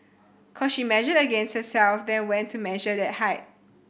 cos she measured against herself then went to measure that height